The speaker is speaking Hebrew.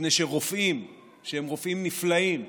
מפני שרופאים שהם רופאים נפלאים,